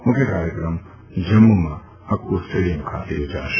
મુખ્ય કાર્યક્રમ જમ્મુમાં હક્કુ સ્ટેડિયમ ખાતે યોજાશે